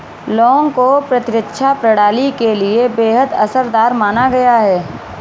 लौंग को प्रतिरक्षा प्रणाली के लिए बेहद असरदार माना गया है